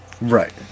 Right